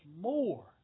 more